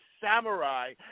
samurai